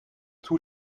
too